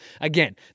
Again